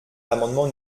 l’amendement